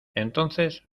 entonces